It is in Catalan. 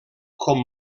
com